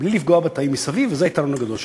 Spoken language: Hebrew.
בלי לפגוע בתאים מסביב, וזה היתרון הגדול שלה.